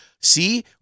see